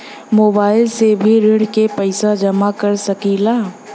Mobile से भी ऋण के पैसा जमा कर सकी ला?